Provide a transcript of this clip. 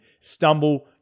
stumble